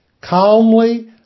Calmly